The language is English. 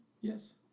Yes